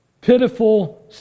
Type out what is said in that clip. pitiful